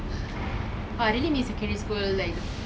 !wah! talking about that I really miss secondary school lah